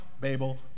Babel